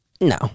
No